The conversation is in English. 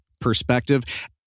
perspective